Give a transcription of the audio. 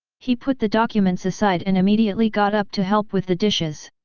he put the documents aside and immediately got up to help with the dishes.